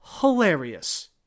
hilarious